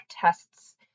tests